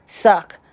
suck